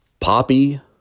Poppy